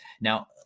Now